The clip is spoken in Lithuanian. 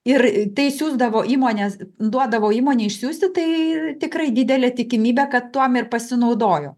ir tai siųsdavo įmonės duodavo įmonei išsiųsti tai tikrai didelė tikimybė kad tuom ir pasinaudojo